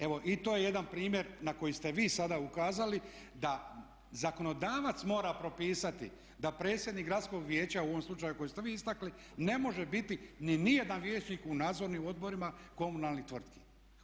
Evo i to je jedan primjer na koji ste vi sada ukazali da zakonodavac mora propisati da predsjednik Gradskog vijeća u ovom slučaju koji ste vi istakli ne može biti ni nijedan vijećnik u nadzornim odborima komunalnih tvrtki.